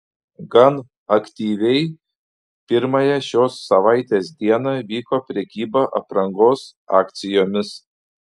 gan aktyviai pirmąją šios savaitės dieną vyko prekyba aprangos akcijomis